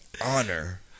honor